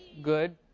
good,